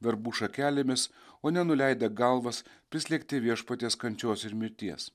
verbų šakelėmis o ne nuleidę galvas prislėgti viešpaties kančios ir mirties